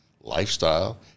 lifestyle